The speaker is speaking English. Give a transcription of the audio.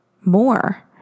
more